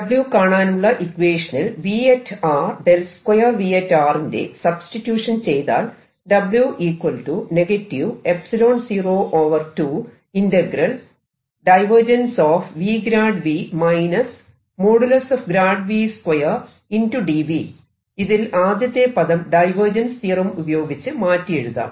W കാണാനുള്ള ഇക്വേഷനിൽ V 2V ന്റെ സബ്സ്റ്റിട്യൂഷൻ ചെയ്താൽ ഇതിൽ ആദ്യത്തെ പദം ഡൈവേർജൻസ് തിയറം ഉപയോഗിച്ച് മാറ്റി എഴുതാം